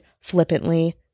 flippantly